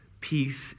peace